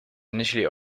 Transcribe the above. initially